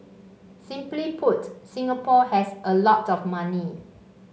simply put Singapore has a lot of money